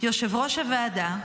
יושב-ראש הוועדה,